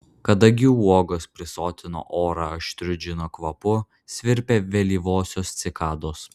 kadagių uogos prisotino orą aštriu džino kvapu svirpė vėlyvosios cikados